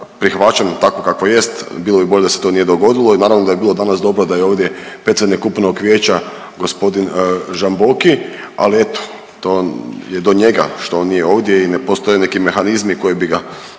prihvaćen takvo kakvo jest, bilo bi bolje da se to nije dogodilo i naravno da bi bilo danas dobro da je ovdje predsjednik upravnog vijeća gospodin Žamboki, ali eto to je do njega što on nije ovdje u ne postoje neki mehanizmi koji bi ga